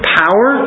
power